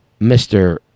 Mr